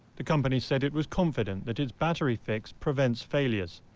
the company said it was confident that its battery fix prevents failures.